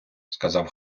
сказав